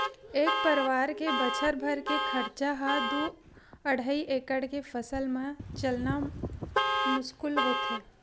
एक परवार के बछर भर के खरचा ह दू अड़हई एकड़ के फसल म चलना मुस्कुल होथे